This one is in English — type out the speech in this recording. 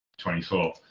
24